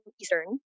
Eastern